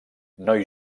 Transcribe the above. noi